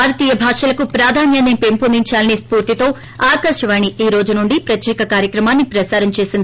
భారతీయ భాషలకు ప్రాధాన్యాన్ని పెంపొందించాలని స్పూర్తితో ఆకాశవాణి ఈరోజు నుండి ప్రత్యేక కార్యక్రమాన్ని ప్రసారం చేసింది